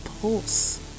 pulse